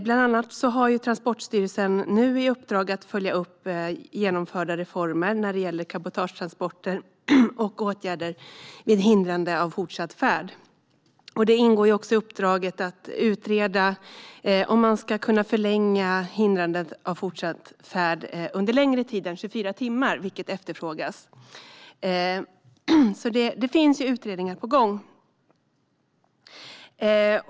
Bland annat har Transportstyrelsen nu i uppdrag att följa upp genomförda reformer när det gäller cabotagetransporter och åtgärder vid hindrande av fortsatt färd. Det ingår också i uppdraget att utreda om man ska kunna förlänga hindrandet av fortsatt färd under längre tid än 24 timmar, vilket efterfrågas. Det finns alltså utredningar på gång.